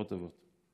בשורות טובות.